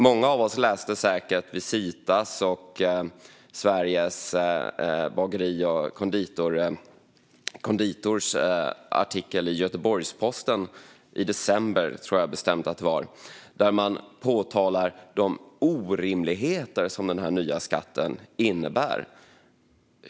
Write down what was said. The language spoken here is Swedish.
Många av oss läste säkert Visitas och Sveriges bagare och konditorers artikel i Göteborgsposten - jag tror bestämt att det var i december - där man påtalade de orimligheter som denna nya skatt innebär.